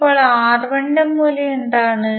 ഇപ്പോൾ R1 ന്റെ മൂല്യം എന്താണ്